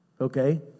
Okay